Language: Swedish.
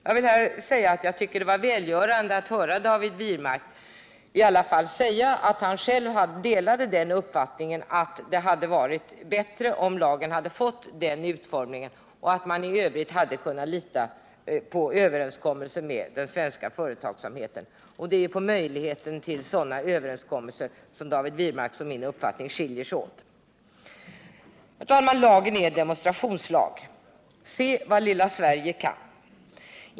Jag vill säga att jag tycker att det var välgörande att höra David Wirmark i alla fall säga att han själv delade uppfattningen att det hade varit bättre om lagen hade fått den utformningen och att man i övrigt hade kunnat lita till överenskommelser med den svenska företagsamheten. Det är i fråga om möjligheten till sådana överenskommelser som David Wirmarks och min uppfattning skiljer sig åt. Herr talman! Lagen är en demonstrationslag: Se vad lilla Sverige kan!